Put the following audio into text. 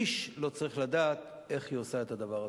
איש לא צריך לדעת איך היא עושה את הדבר הזה.